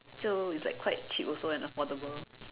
so it's like quite cheap also and affordable